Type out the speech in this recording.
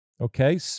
Okay